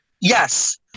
Yes